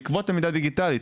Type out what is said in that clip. בעקבות למידה דיגיטלית.